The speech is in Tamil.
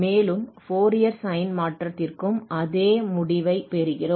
மேலும் ஃபோரியர் சைன் மாற்றத்திற்கும் அதே முடிவைப் பெறுகிறோம்